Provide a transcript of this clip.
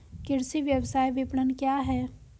कृषि व्यवसाय विपणन क्या है?